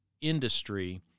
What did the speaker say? industry